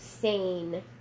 sane